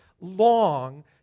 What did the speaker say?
long